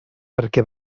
perquè